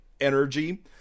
energy